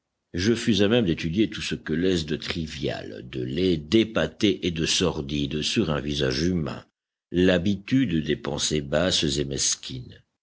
je fus à même d'étudier tout ce que laisse de trivial de laid d'épaté et de sordide sur un visage humain l'habitude des pensées basses et mesquines